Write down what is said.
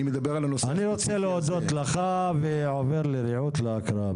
אני מדבר על --- אני רוצה להודות לך ועובר לרעות להקראה,